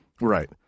Right